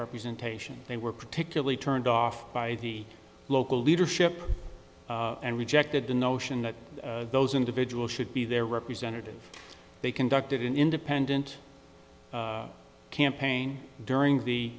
representation they were particularly turned off by the local leadership and rejected the notion that those individuals should be their representative they conducted an independent campaign during the